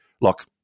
Look